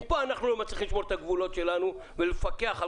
אם פה אנחנו לא יכולים לשמור ולפקח על